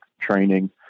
training